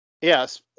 yes